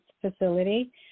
facility